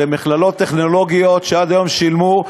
שמכללות טכנולוגיות שעד היום שילמו,